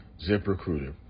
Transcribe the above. ZipRecruiter